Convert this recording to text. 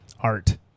art